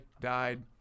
died